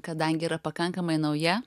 kadangi yra pakankamai nauja